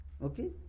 Okay